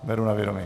Beru na vědomí.